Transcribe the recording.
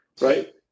Right